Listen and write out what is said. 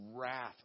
wrath